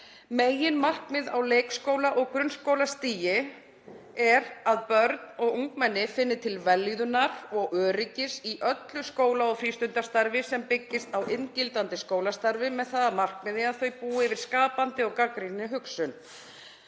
„Meginmarkmið á leikskóla- og grunnskólastigi er að börn og ungmenni finni til vellíðunar og öryggis í öllu skóla- og frístundastarfi sem byggist á inngildandi skólastarfi með það að markmiði að þau búi yfir skapandi og gagnrýninni hugsun